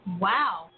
Wow